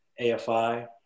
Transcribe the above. AFI